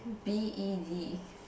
b_e_d